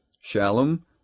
Shalom